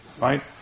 right